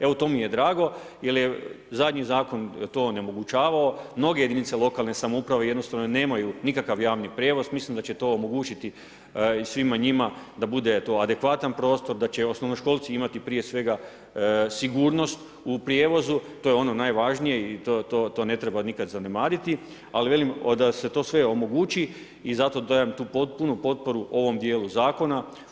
Evo to mi je drago jel je zadnji zakon to onemogućavao, mnoge jedinice lokalne samouprave jednostavno nemaju nikakav javni prijevoz, mislim da će to omogućiti i svima njima da bude to adekvatan prostor, da će osnovnoškolci imati prije svega sigurnost u prijevozu, to je ono što je najvažnije i to ne treba nikada zanemariti, ali velim da se to sve omogući i zato dajem tu potpunu potporu u ovom dijelu zakona.